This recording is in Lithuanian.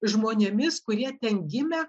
žmonėmis kurie ten gimę